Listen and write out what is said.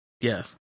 Yes